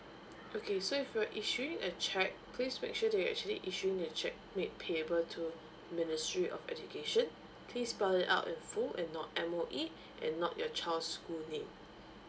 okay so if you're issuing a cheque please make sure that you actually issue the cheque made payable to ministry of education please spell it out in full and not M_O_E and not your child's school name